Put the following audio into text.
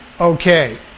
okay